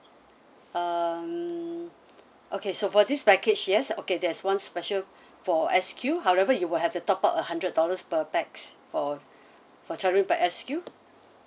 um okay so for this package yes okay there's one special for S_Q however you will have to top up a hundred dollars per pax for for travelling by S_Q